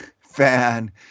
fan